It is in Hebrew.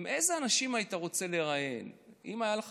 איזה אנשים היית רוצה לראיין אם הייתה לך